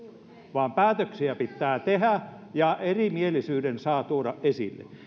vaan päätöksiä pitää tehdä ja erimielisyyden saa tuoda esille